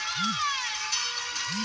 सिरोही के माहौल कईसन बा खेती खातिर?